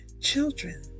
children